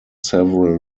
several